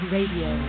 Radio